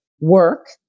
work